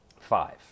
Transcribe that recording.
Five